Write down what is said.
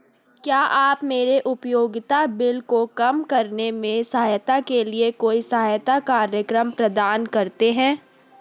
क्या आप मेरे उपयोगिता बिल को कम करने में सहायता के लिए कोई सहायता कार्यक्रम प्रदान करते हैं?